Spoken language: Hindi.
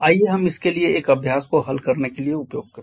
आइए हम इसके लिए एक अभ्यास को हल करने के लिए उपयोग करें